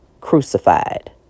crucified